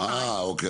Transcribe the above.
אה אוקיי.